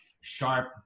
sharp